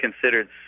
considered